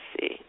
see